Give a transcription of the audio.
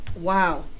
Wow